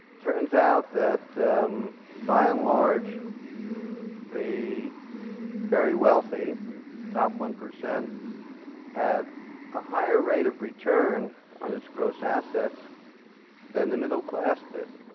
turns out that by and large the very wealthy top one percent had a higher rate of return on its gross assets than the middle class did.